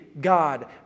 God